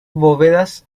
bóvedas